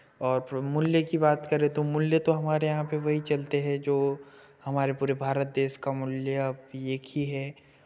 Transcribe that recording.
और मूल्य की बात करें तो मूल्य तो हमारे यहाँ पे वही चलते हैं जो हमारे पूरे भारत देश का मूल्य अब एक ही है